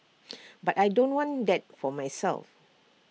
but I don't want that for myself